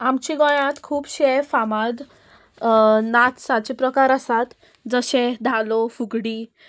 आमच्या गोंयांत खुबशे फामाद नाचाचे प्रकार आसात जशे धालो फुगडी